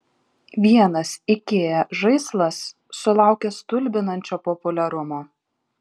vienas ikea žaislas sulaukė stulbinančio populiarumo